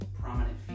prominent